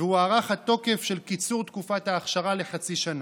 והוארך התוקף של קיצור תקופת האכשרה לחצי שנה.